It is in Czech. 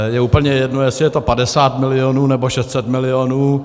Je úplně jedno, jestli je to 50 milionů, nebo 600 milionů.